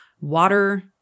water